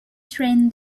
train